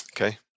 okay